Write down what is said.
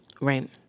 Right